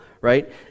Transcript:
right